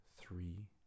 three